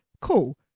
Cool